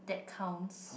that counts